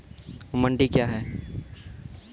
मंडी क्या हैं?